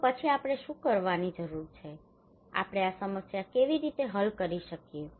તો પછી આપણે શું કરવાની જરૂર છે આપણે આ સમસ્યા કેવી રીતે હલ કરી શકીએ